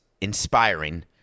inspiring